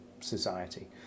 society